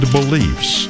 beliefs